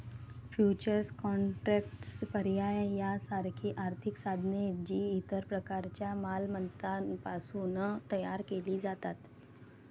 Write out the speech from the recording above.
futures contracts, पर्याय यासारखी आर्थिक साधने, जी इतर प्रकारच्या मालमत्तांपासून तयार केली जातात